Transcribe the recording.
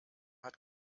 hat